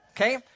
Okay